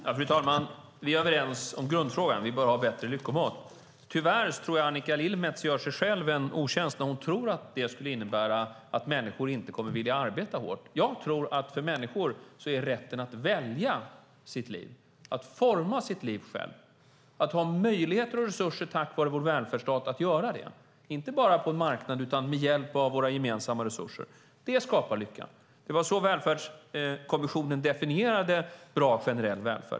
Fru talman! Vi är överens om grundfrågan - vi bör ha bättre lyckomått. Tyvärr tror jag att Annika Lillemets gör sig själv en otjänst när hon tror att det skulle innebära att människor inte kommer att vilja arbeta hårt. Jag tror att rätten för människor att välja sina liv, att forma sina liv själva och tack vare vår välfärdsstad ha möjligheter och resurser att göra det - inte bara på en marknad utan med hjälp av våra gemensamma resurser - skapar lycka. Det var så Välfärdskommissionen definierade bra, generell välfärd.